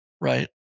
Right